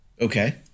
Okay